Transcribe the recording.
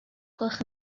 gwelwch